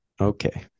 Okay